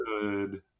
good